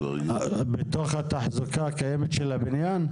בתוך התחזוקה הקיימת של הבניין?